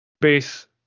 base